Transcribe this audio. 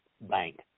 Bank